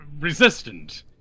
resistant